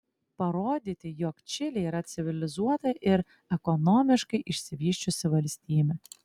parodyti jog čilė yra civilizuota ir ekonomiškai išsivysčiusi valstybė